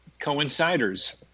coinciders